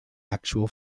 actual